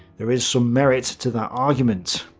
there is some merit to that argument.